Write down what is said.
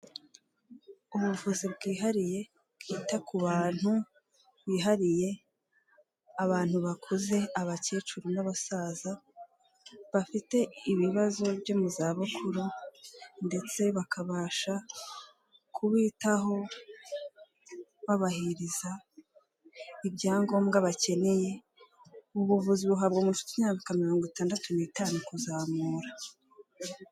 Ubuvuzi bwihariye bwita ku bantu bihariye, abantu bakuze, abakecuru n'abasaza, bafite ibibazo byo mu zabukuru ndetse bakabasha kubitaho babahereza ibyangombwa bakeneye, ubu buvuzi buhabwa umuntu ufite imyaka mirongo itandatu n'itanu kuzamura.